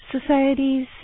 societies